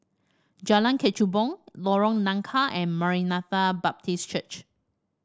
Jalan Kechubong Lorong Nangka and Maranatha Baptist Church